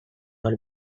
will